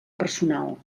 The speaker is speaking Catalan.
personal